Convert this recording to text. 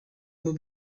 muri